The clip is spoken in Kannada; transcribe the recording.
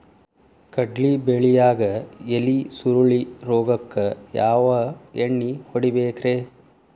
ಕಡ್ಲಿ ಬೆಳಿಯಾಗ ಎಲಿ ಸುರುಳಿ ರೋಗಕ್ಕ ಯಾವ ಎಣ್ಣಿ ಹೊಡಿಬೇಕ್ರೇ?